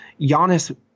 Giannis –